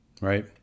right